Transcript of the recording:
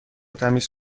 تمیز